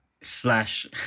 slash